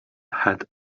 had